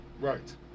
Right